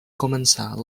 començar